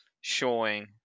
showing